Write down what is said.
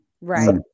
Right